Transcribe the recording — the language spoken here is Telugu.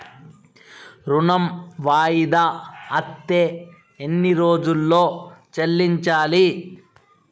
ఋణం వాయిదా అత్తే ఎన్ని రోజుల్లో చెల్లించాలి?